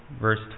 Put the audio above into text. verse